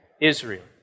Israel